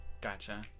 Gotcha